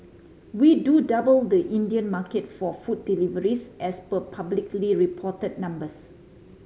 we do double the Indian market for food deliveries as per publicly report numbers